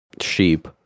sheep